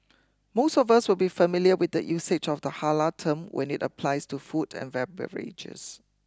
most of us will be familiar with the usage of the halal term when it applies to food and beverages